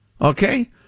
Okay